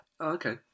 okay